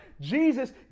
Jesus